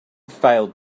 failed